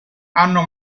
hanno